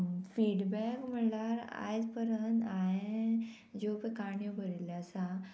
feedback म्हणल्यार आयज परंत हांवें ज्यो पय काणयो बरयल्ल्यो आसा